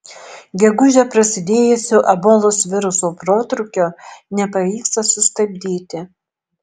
gegužę prasidėjusio ebolos viruso protrūkio nepavyksta sustabdyti